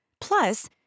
Plus